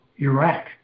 Iraq